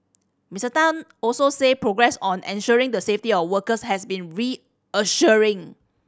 Mister Tan also said progress on ensuring the safety of workers has been reassuring